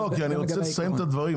לא, כי אני רוצה לסיים את הדברים.